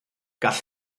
gall